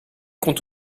compte